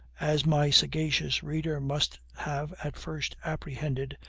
as my sagacious reader must have at first apprehended,